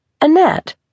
Annette